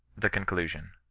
the conclusion.